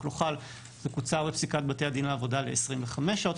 לא חל זה קוצר בפסיקת בתי הדין לעבודה ל-25 שעות.